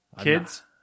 Kids